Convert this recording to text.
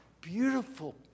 Beautiful